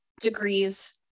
degrees